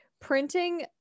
printing